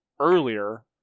earlier